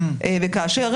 וכאשר,